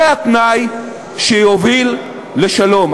זה התנאי שיוביל לשלום.